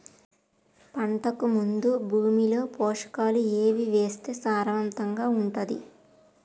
పంటకు ముందు భూమిలో పోషకాలు ఏవి వేస్తే సారవంతంగా ఉంటది?